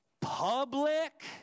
public